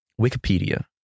Wikipedia